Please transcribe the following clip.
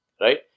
right